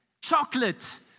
Chocolate